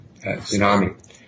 tsunami